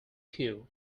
cue